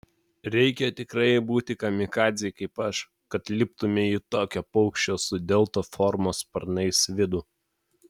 reikia tikrai būti kamikadzei kaip aš kad liptumei į tokio paukščio su delta formos sparnais vidų